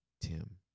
Tim